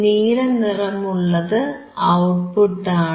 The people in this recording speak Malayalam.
നീല നിറമുള്ളത് ഔട്ട്പുട്ടാണ്